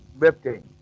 lifting